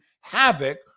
havoc